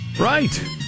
Right